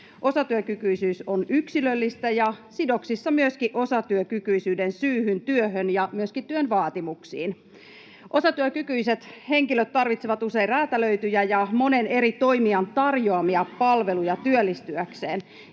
Osatyökykyisyys on yksilöllistä ja sidoksissa myöskin osatyökykyisyyden syyhyn, työhön ja myöskin työn vaatimuksiin. Osatyökykyiset henkilöt tarvitsevat usein räätälöityjä ja monen eri toimijan tarjoamia palveluja työllistyäkseen,